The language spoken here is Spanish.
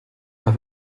las